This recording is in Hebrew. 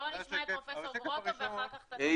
בואו נשמע את פרופ' גרוטו ואחר כך --- זה השקף.